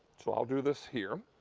so i'll do this here